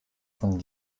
von